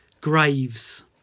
graves